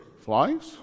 flies